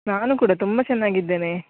ನಾನು ಕೂಡ ತುಂಬಾ ಚೆನ್ನಾಗಿದ್ದೇನೆ